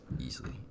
Easily